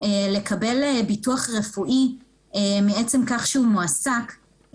לקבל ביטוח רפואי מעצם כך שהוא מועסק,